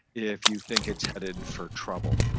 if you think it's headed for trouble,